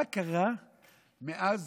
מה קרה מאז